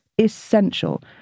essential